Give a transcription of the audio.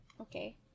okay